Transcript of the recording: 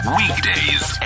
weekdays